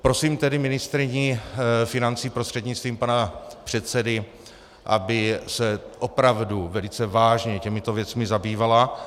Prosím tedy ministryni financí prostřednictvím pana předsedy, aby se opravdu velice vážně těmito věcmi zabývala.